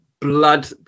blood